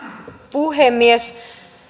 puhemies